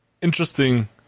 interesting